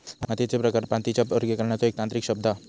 मातीयेचे प्रकार मातीच्या वर्गीकरणाचो एक तांत्रिक शब्द हा